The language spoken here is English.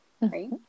right